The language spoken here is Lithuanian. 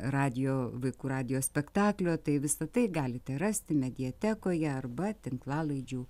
radijo vaikų radijo spektaklio tai visa tai galite rasti mediatekoje arba tinklalaidžių